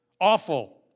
awful